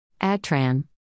AdTran